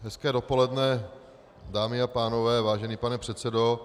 Hezké dopoledne, dámy a pánové, vážený pane předsedo.